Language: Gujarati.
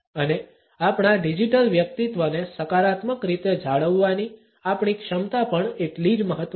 અને આપણા ડિજિટલ વ્યક્તિત્વને સકારાત્મક રીતે જાળવવાની આપણી ક્ષમતા પણ એટલી જ મહત્વની છે